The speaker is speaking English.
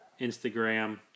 Instagram